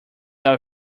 our